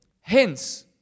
Hence